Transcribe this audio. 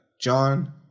John